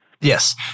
Yes